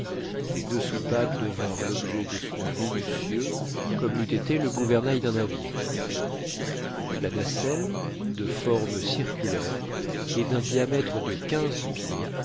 les deux soupapes devinrent l'objet de soins minutieux comme l'eut été le gouvernail d'un navire la nacelle de forme circulaire et d'un diamètre de quinze pieds